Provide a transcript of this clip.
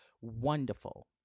Wonderful